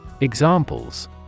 Examples